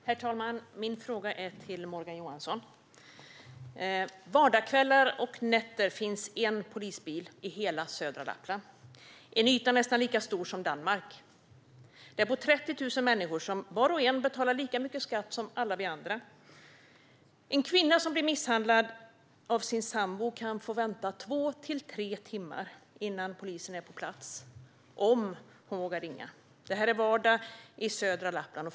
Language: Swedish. Herr talman! Min fråga går till Morgan Johansson. Vardagskvällar och nätter finns det en polisbil i hela södra Lappland - en yta nästan lika stor som Danmark. Där bor 30 000 människor som var och en betalar lika mycket skatt som alla vi andra. En kvinna som blir misshandlad av sin sambo kan få vänta två till tre timmar innan polisen är på plats, om hon vågar ringa. Detta är vardag i södra Lappland.